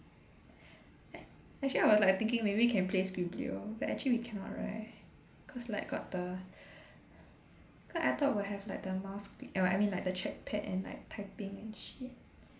a~ actually I was like thinking maybe can play Skribblio like actually we cannot right cause like got the cause I thought will have like the mouse squeak eh I mean like the track pad and like typing and shit